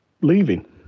leaving